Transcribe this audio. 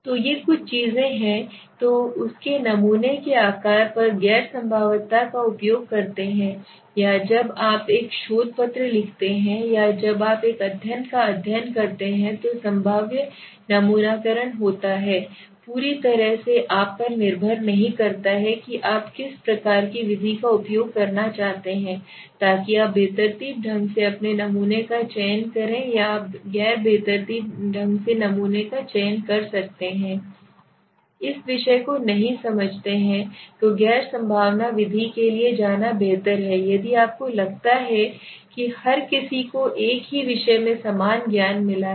तो ये कुछ चीजें हैं तो उसके नमूने के आकार पर गैर संभाव्यता का उपयोग करते हैं या जब आप एक शोध पत्र लिखते हैं या जब आप एक अध्ययन का अध्ययन करते हैं तो संभाव्य नमूनाकरण होता है पूरी तरह से आप पर निर्भर नहीं करता है कि आप किस प्रकार की विधि का उपयोग करना चाहते हैं ताकि आप बेतरतीब ढंग से अपने नमूने का चयन करें या आप गैर बेतरतीब ढंग से नमूना का चयन कर सकते इस विषय को नहीं समझते हैं तो गैर संभावना विधि के लिए जाना बेहतर है यदि आपको लगता है कि हर किसी को एक ही विषय में समान ज्ञान मिला है